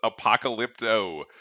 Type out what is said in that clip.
Apocalypto